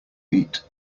eat